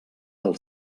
del